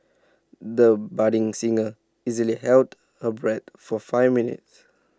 the budding singer easily held her breath for five minutes